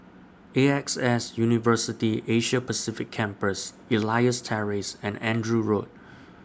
A X S University Asia Pacific Campus Elias Terrace and Andrew Road